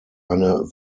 eine